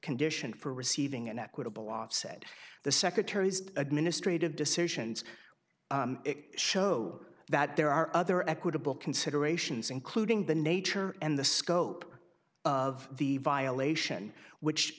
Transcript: condition for receiving an equitable offset the secretary's administrative decisions show that there are other equitable considerations including the nature and the scope of the violation which